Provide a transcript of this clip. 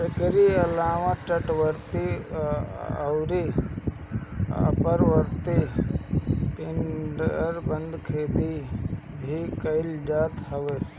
एकरी अलावा तटवर्ती अउरी अपतटीय पिंजराबंद खेती भी कईल जात हवे